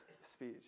speech